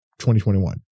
2021